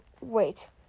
wait